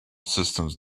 systems